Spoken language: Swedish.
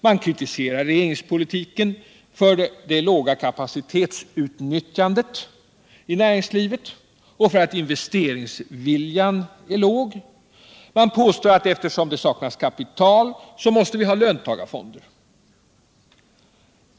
Man kritiserar regeringspolitiken för det låga kapacitetsutnyttjandet i näringslivet och för att investeringsviljan är låg. Man påstår att eftersom det saknas kapital måste vi ha löntagarfonder.